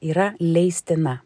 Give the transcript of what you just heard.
yra leistina